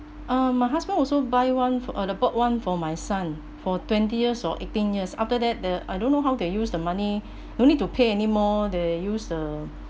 uh my husband also buy one for uh the bought one for my son for twenty years or eighteen years after that the I don't know how they use the money no need to pay anymore they use the